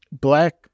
Black